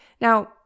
Now